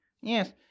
Yes